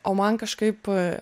o man kažkaip